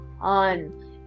on